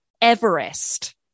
everest